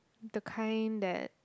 the kind that